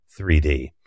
3d